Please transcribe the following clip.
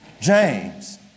James